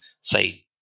say